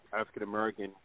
African-American